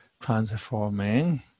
transforming